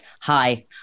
Hi